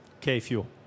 K-Fuel